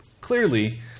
clearly